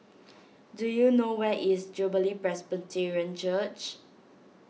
do you know where is Jubilee Presbyterian Church